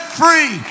free